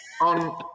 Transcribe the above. on